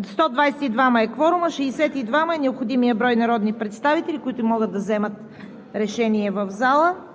122 е кворумът, 62 е необходимият брой народни представители, които могат да вземат решения в залата.